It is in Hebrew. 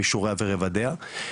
מישוריה ורבדיה.